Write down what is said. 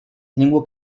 llengua